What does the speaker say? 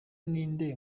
ninde